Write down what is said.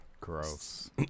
gross